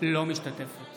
אינה משתתפת